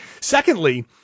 Secondly